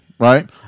Right